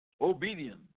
obedience